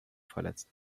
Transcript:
verletzt